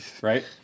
Right